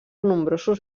nombrosos